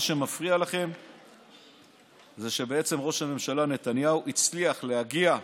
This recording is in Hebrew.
מה שמפריע לכם זה שבעצם ראש הממשלה נתניהו הצליח להגיע ולהביא,